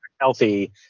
healthy